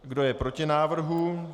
Kdo je proti návrhu?